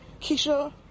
Keisha